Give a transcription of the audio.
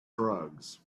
drugs